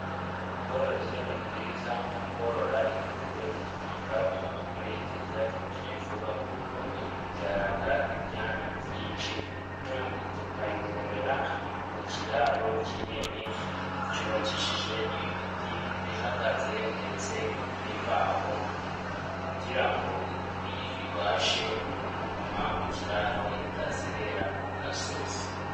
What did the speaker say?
Ubworozi ni bwiza, nko korora ingurube bitumaga umuntu yiteza imbere vuba, kuko ibyaraga ibyana byinshi kandi tukayororera mu kiraro kinini, cyubakishije ibiti bihagaze ndetse n'imbaho, kugirango ibashe kuguma mu kiraro itazerera ku gasozi.